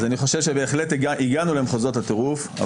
אני חושב שבהחלט הגענו למחוזות הטירוף,